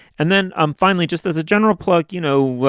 and then um finally, just as a general plug, you know.